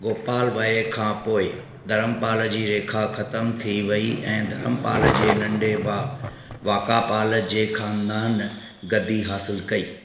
गोपाल वए खां पोइ धर्मपाल जी रेखा ख़तमु थी वई ऐं धर्मपाल जे नंढे भाउ वाकापाल जे ख़ानदान गद्दी हासिल कई